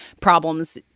problems